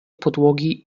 podłogi